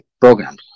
programs